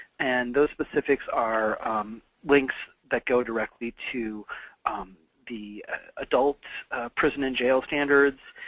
and those specifics are links that go directly to the adult prison and jail standards,